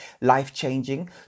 life-changing